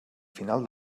final